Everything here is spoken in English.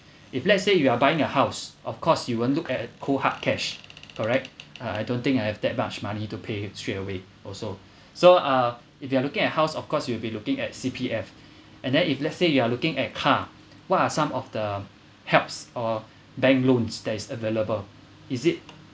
if let's say you are buying a house of course you won't look at cold hard cash correct uh I don't think I have that much money to pay straight away also so uh if you are looking at house of course you will be looking at C_P_F and then if let's say you are looking at car what are some of the helps or bank loans that is available is it